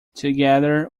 together